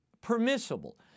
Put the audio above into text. permissible